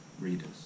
readers